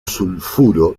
sulfuro